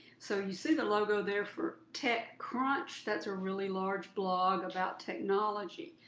so you see the logo there for tech crunch, that's a really large blog about technology.